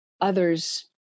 others